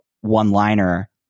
one-liner